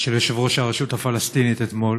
של יושב-ראש הרשות הפלסטינית אתמול.